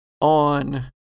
on